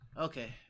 Okay